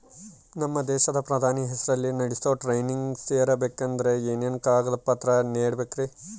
ನಮ್ಮ ದೇಶದ ಪ್ರಧಾನಿ ಹೆಸರಲ್ಲಿ ನಡೆಸೋ ಟ್ರೈನಿಂಗ್ ಸೇರಬೇಕಂದರೆ ಏನೇನು ಕಾಗದ ಪತ್ರ ನೇಡಬೇಕ್ರಿ?